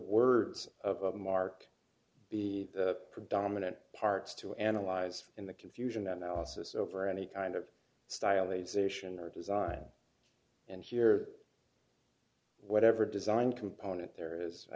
words of mark the predominant parts to analyze in the confusion that analysis over any kind of style a zation or design and here whatever design component there is i